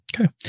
Okay